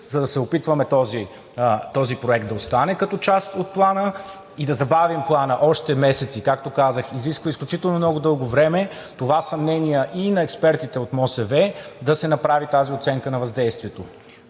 за да се опитваме този проект да остане като част от Плана и да забавим Плана още месеци, както казах, изисква изключително много дълго време, това съмнение и на експертите от МОСВ да се направи тази оценка на въздействието.